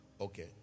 Okay